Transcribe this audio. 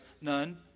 None